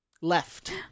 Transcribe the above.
Left